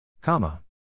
Comma